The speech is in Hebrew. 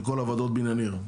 לכל הוועדות בניין עיר.